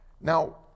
Now